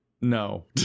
no